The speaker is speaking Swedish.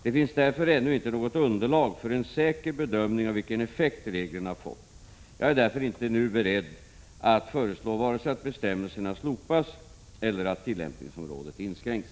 Det finns därför ännu inte något underlag för en säker bedömning av vilken effekt reglerna fått. Jag är därför inte nu beredd att föreslå vare sig att bestämmelserna slopas eller att tillämpningsområdet inskränks.